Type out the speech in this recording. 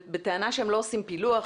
בטענה שהם לא עושים פילוח,